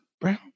brown